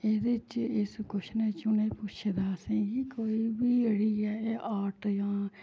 एह्दे च इस कोश्चनै च उ'नें पुच्छे दा असेंगी कोई बी जेह्ड़ी ऐ आर्ट जां